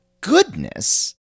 goodness